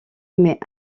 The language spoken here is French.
mais